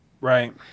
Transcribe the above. Right